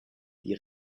die